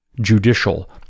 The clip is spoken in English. judicial